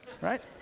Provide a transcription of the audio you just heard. right